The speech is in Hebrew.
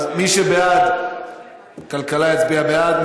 מי שבעד כלכלה, יצביע בעד.